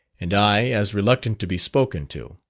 and i as reluctant to be spoken to.